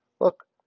look